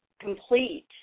complete